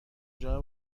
جمعه